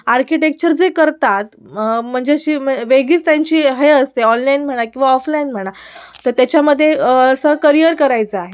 architecture जे करतात म्हणजे अशी वे वेगळीच त्यांची हे असते ऑनलाईन म्हणा किंवा ऑफलाईन म्हणा तर त्याच्यामध्ये असं करियर करायचं आहे